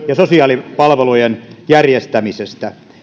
ja sosiaalipalvelujen järjestämisestä